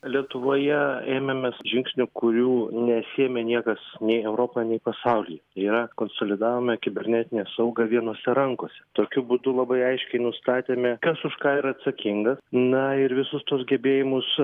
lietuvoje ėmėmės žingsnių kurių nesiėmė niekas nei europa nei pasaulyje yra konsolidavome kibernetinę saugą vienose rankose tokiu būdu labai aiškiai nustatėme kas už ką yra atsakingas na ir visus tuos gebėjimus